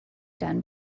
done